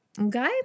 Okay